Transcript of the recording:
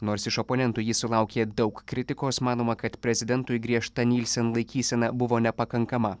nors iš oponentų ji sulaukė daug kritikos manoma kad prezidentui griežta nilsen laikysena buvo nepakankama